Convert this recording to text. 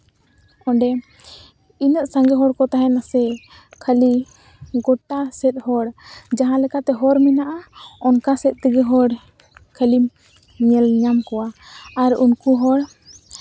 ᱚᱸᱰᱮ ᱩᱱᱟᱹᱜ ᱥᱟᱸᱜᱮ ᱦᱚᱲ ᱠᱚ ᱛᱟᱦᱮᱸ ᱱᱟᱥᱮ ᱠᱷᱟᱹᱞᱤ ᱜᱳᱴᱟ ᱥᱮᱫ ᱦᱚᱲ ᱡᱟᱦᱟᱸ ᱞᱮᱠᱟᱛᱮ ᱦᱚᱨ ᱢᱮᱱᱟᱜᱼᱟ ᱚᱱᱠᱟ ᱥᱮᱫ ᱛᱮᱜᱮ ᱦᱚᱲ ᱠᱷᱟᱹᱞᱤᱢ ᱧᱮᱞ ᱧᱟᱢ ᱠᱚᱣᱟ ᱟᱨ ᱩᱱᱠᱩ ᱦᱚᱲ